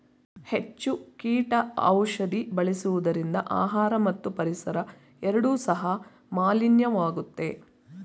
ಹೆಚ್ಚು ಕೀಟ ಔಷಧಿ ಬಳಸುವುದರಿಂದ ಆಹಾರ ಮತ್ತು ಪರಿಸರ ಎರಡು ಸಹ ಮಾಲಿನ್ಯವಾಗುತ್ತೆ